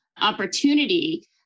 opportunity